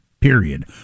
period